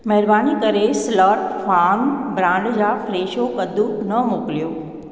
महिरबानी करे Slot Farm brand जा फ़्रेशो कद्दू न मोकिलियो